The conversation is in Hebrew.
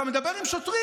אתה מדבר עם שוטרים,